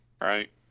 right